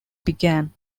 began